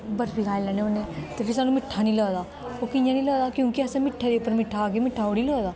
बर्फी खाई लैन्ने होन्ने ते फिर सानूं मिट्ठा निं लगदा ओह् कि'यां निं लगदा क्योंकि असें ई मिट्ठे दे उप्पर मिट्ठा खाग्गै मिट्ठा थोह्ड़ी लगदा